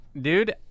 Dude